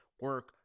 Work